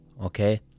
Okay